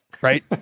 right